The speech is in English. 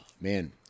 man